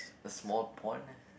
a small pond